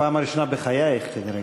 בפעם הראשונה בחייך, כנראה.